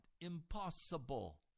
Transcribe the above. Impossible